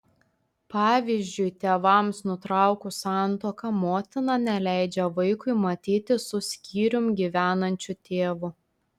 pavyzdžiui tėvams nutraukus santuoką motina neleidžia vaikui matytis su skyrium gyvenančiu tėvu